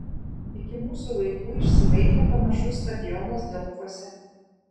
iki mūsų laikų išsilaikė panašus stadionas delfuose